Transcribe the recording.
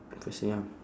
facing up